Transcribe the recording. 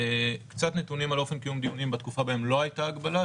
קצת נתונים על אופן קיום דיונים בתקופה בה לא הייתה הגבלה,